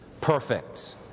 perfect